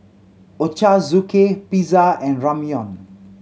Ochazuke Pizza and Ramyeon